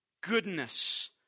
goodness